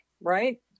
right